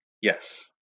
yes